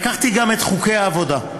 לקחתי גם את חוקי העבודה,